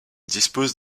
disposent